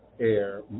air